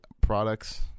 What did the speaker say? products